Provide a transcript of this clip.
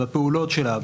בפעולות שלה,